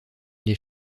les